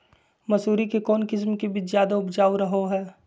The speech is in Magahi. मसूरी के कौन किस्म के बीच ज्यादा उपजाऊ रहो हय?